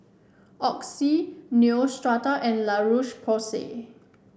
Oxy Neostrata and La Roche Porsay